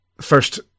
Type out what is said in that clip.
first